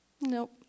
Nope